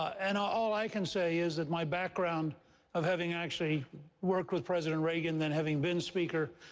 and all i can say is that my background of having actually worked with president reagan, then having been speaker,